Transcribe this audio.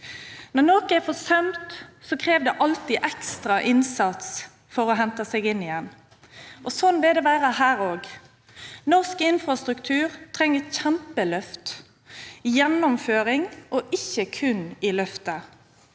Når noe er forsømt, kreves det alltid ekstra innsats for å hente seg inn igjen. Sånn vil det være her også. Norsk infrastruktur trenger et kjempeløft – gjennomføring, ikke kun løfter.